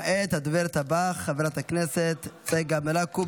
כעת הדוברת הבאה, חברת הכנסת צגה מלקו.